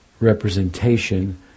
representation